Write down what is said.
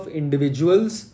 individuals